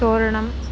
तोरणं